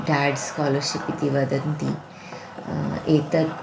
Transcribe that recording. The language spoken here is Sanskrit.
डाड् स्कालर्शिप् इति वदन्ति एतत्